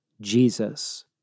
Jesus